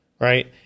right